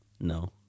No